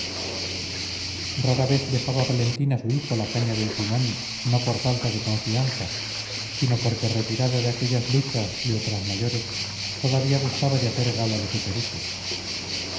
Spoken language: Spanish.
rara vez dejaba valentín a su hijo la caña del timón no por falta de confianza sino porque retirado de aquellas luchas y otras mayores todavía gustaba de hacer gala de su pericia